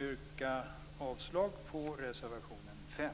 yrkar jag avslag på reservation 5.